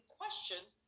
questions